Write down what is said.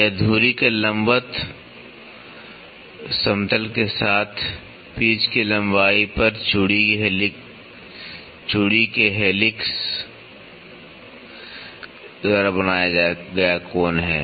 यह धुरी के लंबवत समतल के साथ पिच की लंबाई पर चूड़ी के हेलिक्स द्वारा बनाया गया कोण है